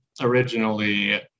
originally